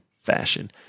fashion